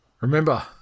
Remember